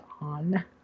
on